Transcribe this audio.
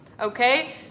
Okay